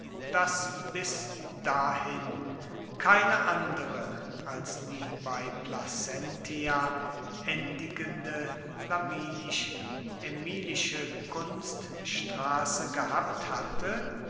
das bis dahin keine andere als die bei placentia endigende flaminisch ämilische kunststraße gehabt hatte